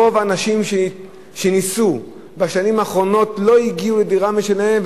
רוב האנשים שנישאו בשנים האחרונות לא הגיעו לדירה משלהם,